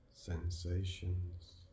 sensations